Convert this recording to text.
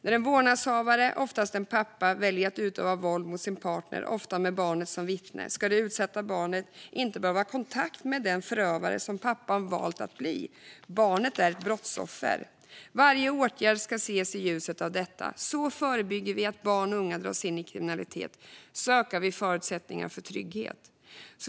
När en vårdnadshavare, oftast en pappa, väljer att utöva våld mot sin partner, ofta med barnet som vittne, ska det utsatta barnet inte behöva ha kontakt med den förövare som pappan valt att bli. Barnet är ett brottsoffer. Varje åtgärd ska ses i ljuset av detta. Så förebygger vi att barn och unga dras in i kriminalitet. Så ökar vi förutsättningarna för trygghet.